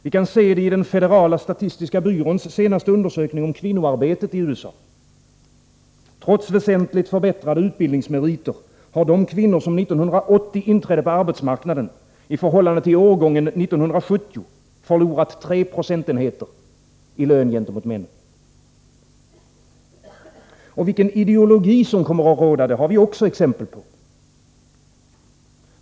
Vi kan se det i den federala statististiska byråns senaste undersökning om kvinnoarbetet i USA. Trots väsentligt förbättrade utbildningsmeriter har de kvinnor som 1980 inträdde på arbetsmarknaden i förhållande till årgången 1970 förlorat 3 procentenheter i lön gentemot männen. Och vilken ideologi som kommer att råda har vi också exempel på.